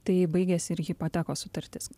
tai baigėsi ir hipotekos sutartis